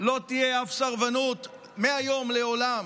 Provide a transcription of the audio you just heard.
לא תהיה אף סרבנות מהיום לעולם,